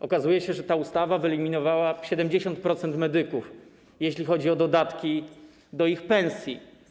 Okazuje się, że ta ustawa wyeliminowała 70% medyków, jeśli chodzi o dodatki do ich pensji.